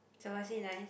so was he nice